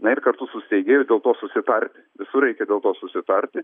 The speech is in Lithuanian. na ir kartu su steigėju dėl to susitarti visur reikia dėl to susitarti